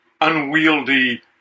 unwieldy